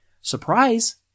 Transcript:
Surprise